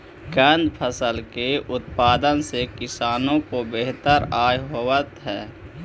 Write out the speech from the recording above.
कंद फसल के उत्पादन से किसानों को बेहतर आय होवअ हई